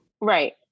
Right